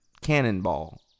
Cannonball